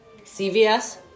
CVS